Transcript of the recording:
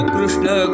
Krishna